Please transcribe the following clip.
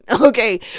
Okay